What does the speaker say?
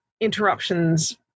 interruptions